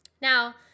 Now